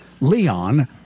Leon